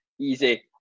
Easy